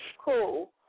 cool